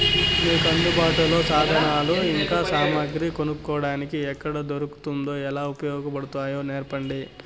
మీకు అందుబాటులో సాధనాలు ఇంకా సామగ్రి కొనుక్కోటానికి ఎక్కడ దొరుకుతుందో ఎలా ఉపయోగపడుతాయో సెప్పండి?